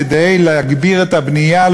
כדי להגביר את הבנייה,